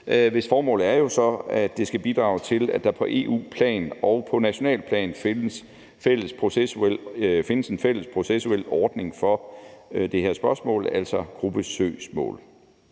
hvis formål jo så er at bidrage til, at der på EU-plan og på nationalt plan findes en fælles processuel ordning for det her spørgsmål, altså gruppesøgsmål.